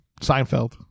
Seinfeld